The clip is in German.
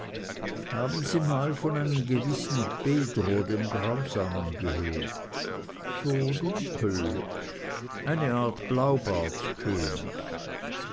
haben sie mal von einem gewissen pedro dem grausamen gehört so dunkel eine art